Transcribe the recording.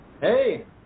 Hey